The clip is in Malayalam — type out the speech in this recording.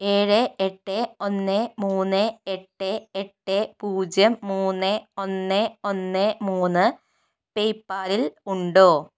ഏഴ് എട്ട് ഒന്ന് മൂന്ന് എട്ട് എട്ട് പൂജ്യം മൂന്ന് ഒന്ന് ഒന്ന് മൂന്ന് പേയ്പാലിൽ ഉണ്ടോ